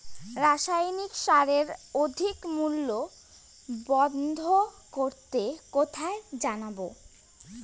রাসায়নিক সারের অধিক মূল্য বন্ধ করতে কোথায় জানাবো?